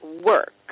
work